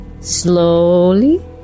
slowly